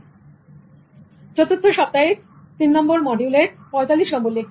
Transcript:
8 সপ্তাহের 3 নম্বর মডিউলের 45 নম্বর লেকচার